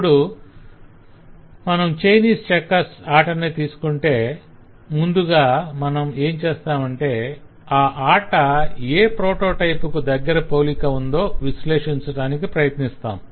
ఇప్పుడు మనం Chinese checkers ఆటనే తీసుకొంటే ముందుగా మనం ఏం చేస్తామంటే ఆ ఆట ఏ ప్రొటోటైప్ కు దగ్గర పోలిక ఉందో విశ్లేషించటానికి ప్రయత్నిస్తాం